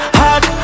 hot